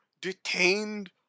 detained